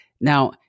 Now